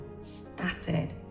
started